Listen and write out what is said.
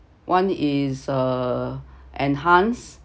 one is uh enhanced